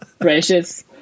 precious